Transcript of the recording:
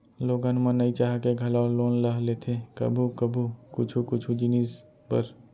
लोगन मन नइ चाह के घलौ लोन ल लेथे कभू कभू कुछु कुछु जिनिस बर